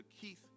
Keith